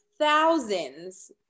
Thousands